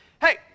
Hey